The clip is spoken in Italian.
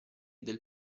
del